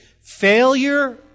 Failure